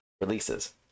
releases